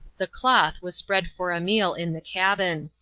the cloth was spread for a meal in the cabin.